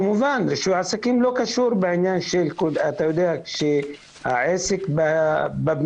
כמובן, רישוי עסקים לא קשור לעסק בבנייה.